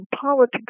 politics